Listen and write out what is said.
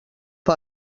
per